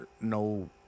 no